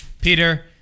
Peter